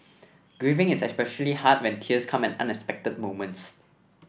grieving is especially hard when tears come at unexpected moments